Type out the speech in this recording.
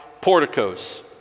porticos